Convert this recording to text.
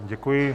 Děkuji.